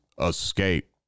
escape